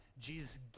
Jesus